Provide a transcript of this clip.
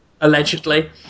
allegedly